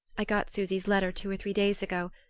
i got susy's letter two or three days ago,